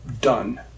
done